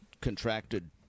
contracted